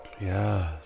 yes